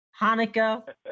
Hanukkah